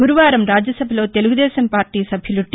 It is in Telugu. గురువారం రాజ్యసభలో తెలుగుదేశం పార్టీ సభ్యులు టి